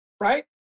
right